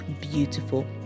beautiful